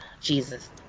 jesus